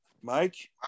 Mike